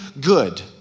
good